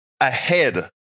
ahead